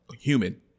human